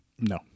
no